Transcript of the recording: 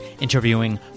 interviewing